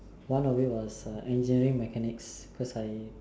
one of it was uh engineering mechanics cause I